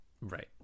Right